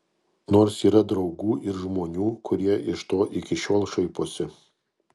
nors yra draugų ir žmonių kurie iš to iki šiol šaiposi